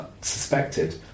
suspected